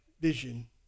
vision